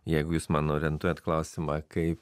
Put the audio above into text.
jeigu jūs man orientuojat klausimą kai